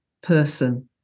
person